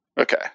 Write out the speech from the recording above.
Okay